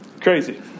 Crazy